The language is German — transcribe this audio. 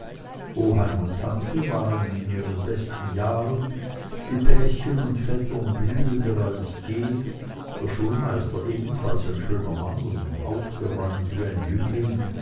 oheim und tante waren in ihren besten jahren die bäschen und vettern blühender als je der schulmeister ebenfalls ein schöner mann und aufgeräumt wie ein jüngling